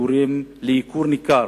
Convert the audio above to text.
הגורם לייקור ניכר